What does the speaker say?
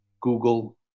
Google